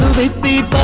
they feed